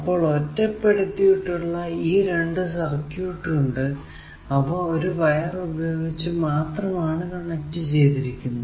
അപ്പോൾ ഒറ്റപെടുത്തിയിട്ടുള്ള ഈ രണ്ടു സർക്യൂട് ഉണ്ട് അവ ഒരു വയർ ഉപയോഗിച്ച് മാത്രമാണ് കണക്ട് ചെയ്തിരിക്കുന്നത്